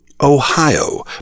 Ohio